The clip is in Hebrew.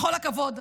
בכל הכבוד,